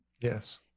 Yes